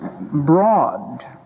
broad